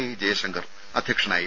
I Jayashankar അധ്യക്ഷനായിരുന്നു